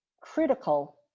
critical